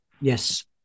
Yes